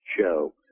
show